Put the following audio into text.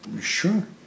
Sure